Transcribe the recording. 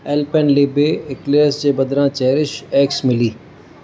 Alpenliebe Eclairs जे बदिरां चेरिशएक्स मिली